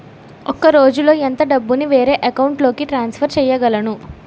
ఒక రోజులో ఎంత డబ్బుని వేరే అకౌంట్ లోకి ట్రాన్సఫర్ చేయగలను?